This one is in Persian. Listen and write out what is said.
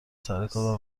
سرکار